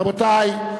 רבותי,